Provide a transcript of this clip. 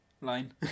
Line